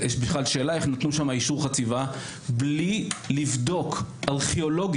בכלל שאלה איך נותנים שם אישור חציבה בלי לבדוק ארכיאולוגית,